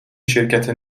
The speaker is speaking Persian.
شرکت